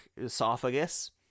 esophagus